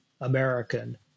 American